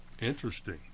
Interesting